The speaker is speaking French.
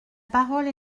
parole